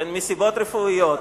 מסיבות רפואיות.